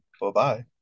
Bye-bye